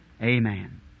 Amen